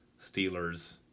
Steelers